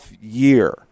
year